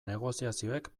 negoziazioek